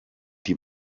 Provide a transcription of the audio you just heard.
die